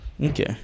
Okay